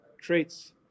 traits